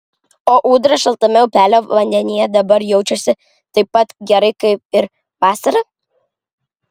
o ūdra šaltame upelio vandenyje dabar jaučiasi taip pat gerai kaip ir vasarą